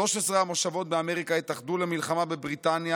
13 המושבות באמריקה התאחדו למלחמה בבריטניה